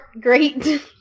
great